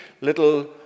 little